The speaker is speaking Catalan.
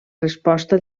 resposta